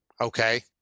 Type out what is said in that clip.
Okay